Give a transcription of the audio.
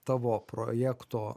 tavo projekto